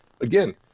again